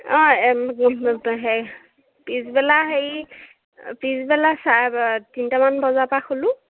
অঁ পিছবেলা হেৰি পিছবেলা চাৰে তিনিটামান বজাৰ পৰা খোলোঁ